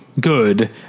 good